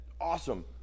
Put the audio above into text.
awesome